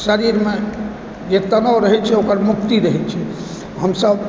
शरीरमे जे तनाव रहै छै ओकर मुक्ति रहै छै हमसभ